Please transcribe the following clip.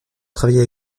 travaillé